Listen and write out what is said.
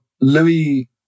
Louis